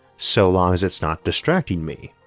so long as it's not distracting me.